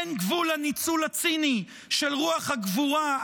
אין גבול לניצול הציני של רוח הגבורה,